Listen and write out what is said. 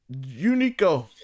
Unico